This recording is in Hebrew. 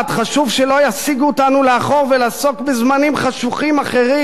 חשוב שלא יסיגו אותנו לאחור ולעסוק בזמנים חשוכים אחרים.